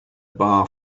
bar